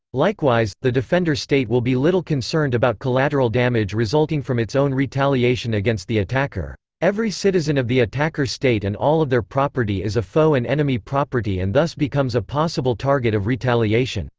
likewise, the defender state will be little concerned about collateral damage resulting from its own retaliation against the attacker. every citizen of the attacker state and all of their property is a foe and enemy property and thus becomes a possible target of retaliation.